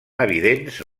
evidents